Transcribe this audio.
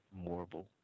Morble